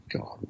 God